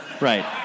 Right